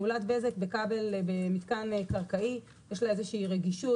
פעולת בזק במתקן קרקעי יש לה איזושהי רגישות,